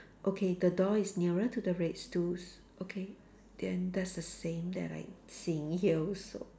okay the door is nearer to the red stools okay then there's a saying that I seeing here also